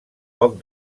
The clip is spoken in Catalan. poc